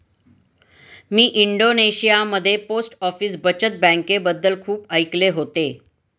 मी इंडोनेशियामध्ये post office बचत बँकेबद्दल खूप ऐकले होते